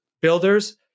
builders